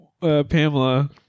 Pamela